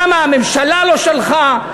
למה הממשלה לא שלחה?